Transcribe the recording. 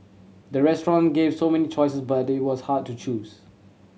the restaurant gave so many choices that it was hard to choose